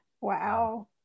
wow